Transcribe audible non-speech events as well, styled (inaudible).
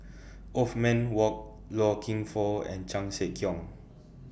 (noise) Othman Wok Loy Keng Foo and Chan Sek Keong